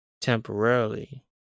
temporarily